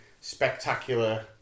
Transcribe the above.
spectacular